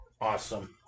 Awesome